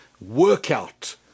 workout